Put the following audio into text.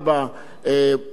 בני משפחות טובות,